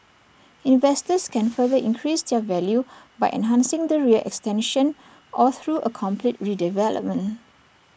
investors can further increase their value by enhancing the rear extension or through A complete redevelopment